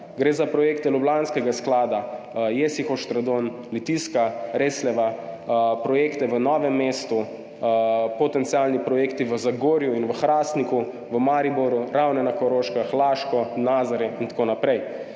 gre za projekte ljubljanskega sklada – Jesihov štradon, Litijska, Resljeva, projekte v Novem mestu, potencialne projekte v Zagorju in v Hrastniku, v Mariboru, Ravnah na Koroškem, Laškem, Nazarjah in tako naprej.